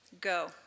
Go